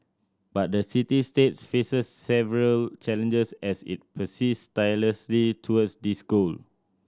but the city state faces several challenges as it persists tirelessly towards this goal